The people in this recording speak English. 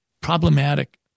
problematic